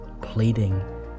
pleading